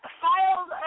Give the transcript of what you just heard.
filed